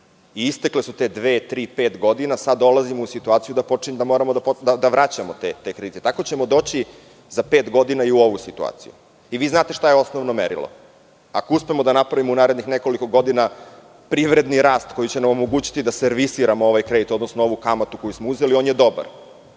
Istekle su te dve, tri, pet godina i sada dolazimo u situaciju da moramo da vraćamo te kredite. Tako ćemo doći za pet godina i u ovu situaciju. Vi znate šta je osnovno merilo, ako uspemo da napravimo u nekoliko narednih godina privredni rast koji će nam omogućiti da servisiramo ovu kamatu koju smo uzeli, on je dobar.